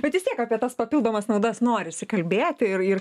bet vis tiek apie tas papildomas naudas norisi kalbėti ir ir